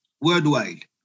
worldwide